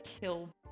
kill